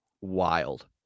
wild